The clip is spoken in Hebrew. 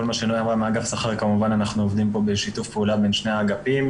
כל מה שנוגע לשכר אנחנו כמובן עובדים בשיתוף פעולה בין שני האגפים,